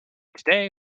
today